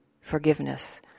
forgiveness